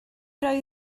roi